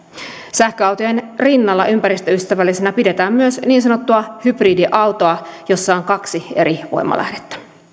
sähköautojen rinnalla ympäristöystävällisenä pidetään myös niin sanottua hybridiautoa jossa on kaksi eri voimanlähdettä